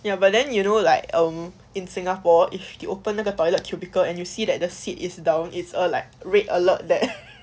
ya but then you know like um in singapore if the open 那个 toilet cubicle and you see that the seat is down it's all like red alert that